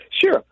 Sure